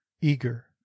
eager